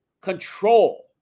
control